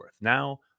now